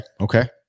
Okay